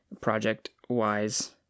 project-wise